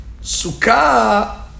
Sukkah